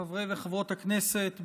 חברי וחברות הכנסת,